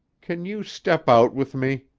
can you step out with me?